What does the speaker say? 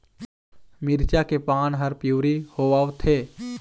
मिरचा के पान हर पिवरी होवथे?